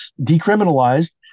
decriminalized